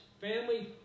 family